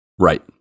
Right